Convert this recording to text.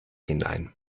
hinein